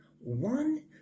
one